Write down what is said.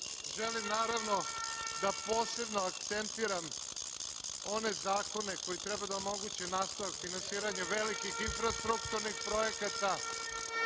naravno, da posebno akcentiram one zakone koji treba da omoguće nastavak finansiranja velikih infrastrukturnih projekata.